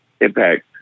impact